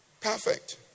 Perfect